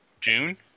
June